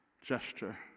gesture